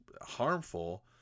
harmful